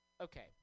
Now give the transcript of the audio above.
Okay